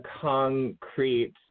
concrete